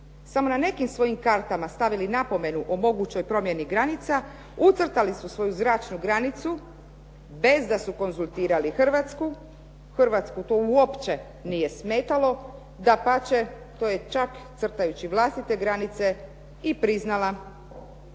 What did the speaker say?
samo na nekim svojim kartama stavili napomenu o mogućoj promjeni granica, ucrtali su svoju zračnu granicu bez da su konzultirali Hrvatsku. Hrvatsku to uopće nije smetalo, dapače, to je čak crtajući vlastite granice i priznala.